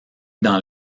dans